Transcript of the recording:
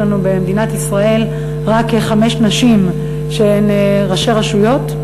יש לנו במדינת ישראל רק כחמש נשים שהן ראשי רשויות,